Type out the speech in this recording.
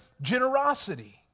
generosity